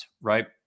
right